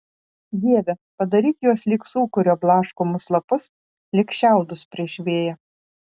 dieve padaryk juos lyg sūkurio blaškomus lapus lyg šiaudus prieš vėją